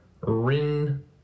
RIN